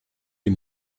des